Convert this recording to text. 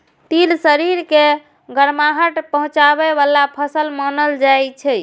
तिल शरीर के गरमाहट पहुंचाबै बला फसल मानल जाइ छै